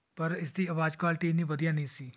ਪਰ ਇਸ ਦੀ ਆਵਾਜ਼ ਕੁਆਲਿਟੀ ਇੰਨੀ ਵਧੀਆ ਨਹੀਂ ਸੀ